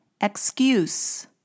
Excuse